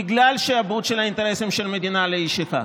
בגלל שעבוד של האינטרסים של המדינה לאיש אחד.